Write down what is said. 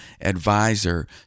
advisor